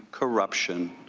corruption,